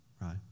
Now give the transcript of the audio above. right